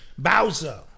Bowser